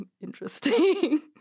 interesting